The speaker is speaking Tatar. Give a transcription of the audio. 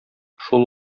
шул